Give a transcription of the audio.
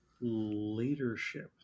leadership